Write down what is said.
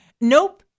nope